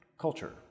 culture